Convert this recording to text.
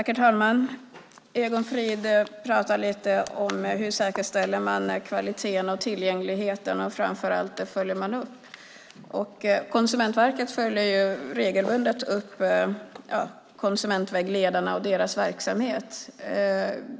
Herr talman! Egon Frid pratar lite om hur man säkerställer kvaliteten och tillgängligheten och framför allt hur man följer upp detta. Konsumentverket följer regelbundet upp konsumentvägledarna och deras verksamhet.